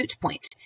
point